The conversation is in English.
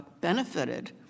benefited